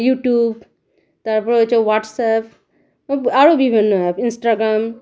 YouTube তার পরে হচ্ছে হোয়াটসঅ্যাপ আরও বিভিন্ন অ্যাপ ইনস্টাগ্রাম